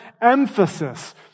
emphasis